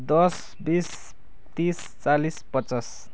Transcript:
दस बिस तिस चालीस पचास